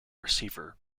receiver